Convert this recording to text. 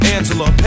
Angela